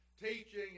teaching